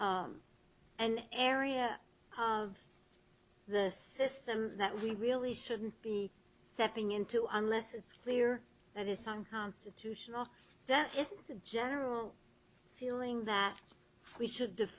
to an area of the system that we really shouldn't be stepping into unless it's clear that it's unconstitutional that is the general feeling that we should